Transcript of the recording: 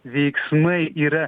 veiksmai yra